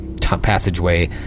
passageway